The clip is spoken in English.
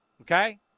Okay